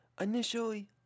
Initially